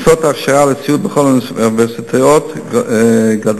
מכסות ההכשרה לסיעוד בכל האוניברסיטאות גדלו,